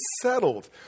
settled